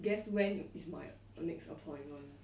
guess when is my next appointment